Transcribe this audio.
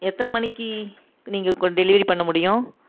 எத்தனை மணிக்கு நீங்க கொ டெலிவரி பண்ண முடியும்